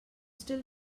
still